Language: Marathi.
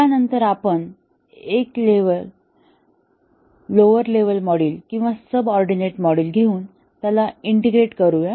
यानंतर आपण एक लोवर लेव्हलवरचे मॉड्यूल किंवा सबऑर्डिनेट मॉड्यूल घेऊन त्याला इंटिग्रेट करू या